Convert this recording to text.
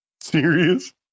Serious